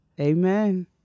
Amen